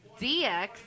DX